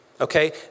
Okay